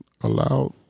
allowed